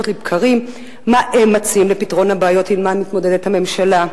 לבקרים מה הם מציעים לפתרון הבעיות שעמן מתמודדת הממשלה.